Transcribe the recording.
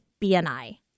BNI